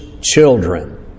children